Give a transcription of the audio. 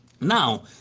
now